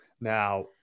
Now